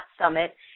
Summit